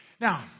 Now